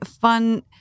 fun